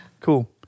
Cool